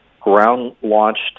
ground-launched